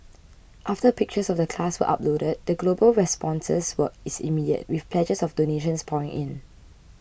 after pictures of the class were uploaded the global responses was immediate with pledges of donations pouring in